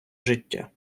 життя